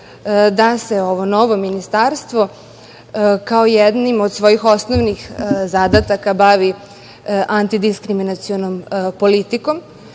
da se ovo novo ministarstvo kao jednim od svojih osnovnih zadataka bavi antidiskriminacionom politikom,